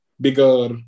bigger